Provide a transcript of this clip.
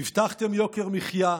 הבטחתם יוקר מחיה,